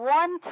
one